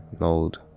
old